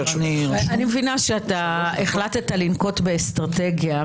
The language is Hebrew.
חשוב לי לנצל את הבמה הזו כדי לחזק את המפגינים,